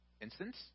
instance